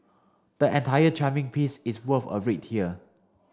the entire charming piece is worth a read here